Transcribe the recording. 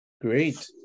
Great